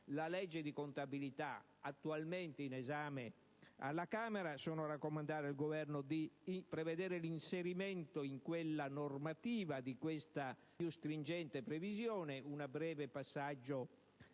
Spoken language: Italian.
la legge di contabilità, attualmente all'esame alla Camera. Sono pertanto a raccomandare al Governo di prevedere l'inserimento in quella normativa di questa più stringente previsione; un breve passaggio